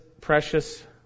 precious